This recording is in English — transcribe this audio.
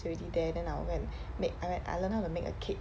it's already there then I will go and make I mean I learned how to make a cake